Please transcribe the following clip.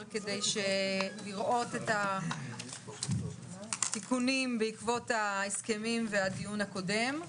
כדי לראות את התיקונים בעקבות ההסכמים והדיון הקודם.